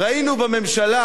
ראינו בממשלה